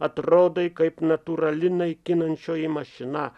atrodai kaip natūrali naikinančioji mašina